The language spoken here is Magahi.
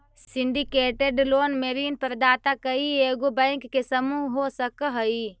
सिंडीकेटेड लोन में ऋण प्रदाता कइएगो बैंक के समूह हो सकऽ हई